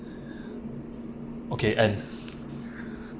okay end